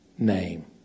name